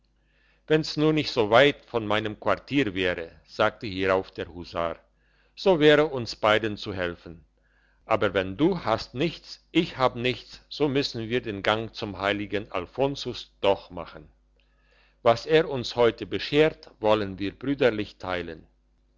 wenn's nur nicht so weit von meinem quartier wäre sagte hierauf der husar so wäre uns beiden zu helfen aber wenn du hast nichts ich hab nichts so müssen wir den gang zum heiligen alfonsus doch machen was er uns heute beschert wollen wir brüderlich teilen